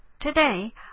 Today